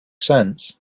sense